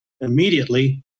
immediately